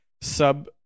sub